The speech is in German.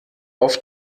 auf